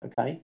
Okay